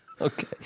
Okay